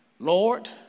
Lord